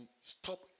stop